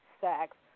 sex